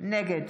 נגד